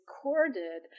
recorded